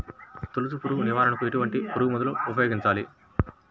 తొలుచు పురుగు నివారణకు ఎటువంటి పురుగుమందులు ఉపయోగించాలి?